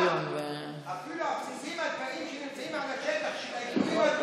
אפילו הבסיסים הצבאיים שנמצאים על השטח של היישובים